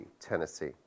Tennessee